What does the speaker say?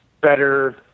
better